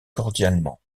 cordialement